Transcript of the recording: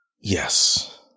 Yes